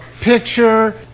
picture